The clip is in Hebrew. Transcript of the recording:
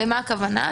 ולמה הכוונה?